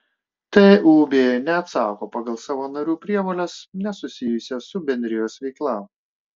tūb neatsako pagal savo narių prievoles nesusijusias su bendrijos veikla